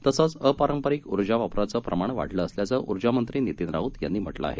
तसंच अपारंपारिक ऊर्जा वापराचं प्रमाण वाढलं असल्याचं उर्जामंत्री नितीन राऊत यांनी म्हटलं आहे